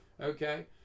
Okay